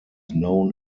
known